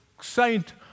saint